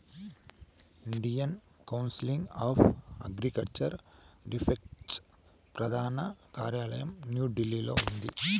Indian Council of Agricultural Research ప్రధాన కార్యాలయం న్యూఢిల్లీలో ఉంది